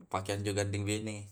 dipake anjo gandeng bene.